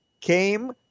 came